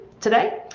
today